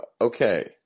Okay